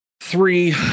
three